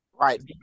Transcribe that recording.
Right